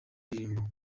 indirimbo